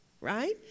right